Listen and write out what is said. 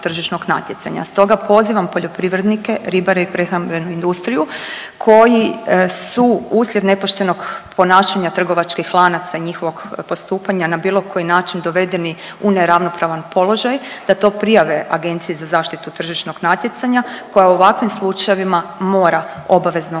tržišnog natjecanja. Stoga pozivam poljoprivrednike, ribare i prehrambenu industriju koji su uslijed nepoštenog ponašanja trgovačkih lanaca i njihovog postupanja na bilo koji način dovedeni u neravnopravan položaj da to prijavi AZTN-u koja u ovakvim slučajevima mora obavezno